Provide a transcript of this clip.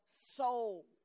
soul